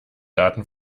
daten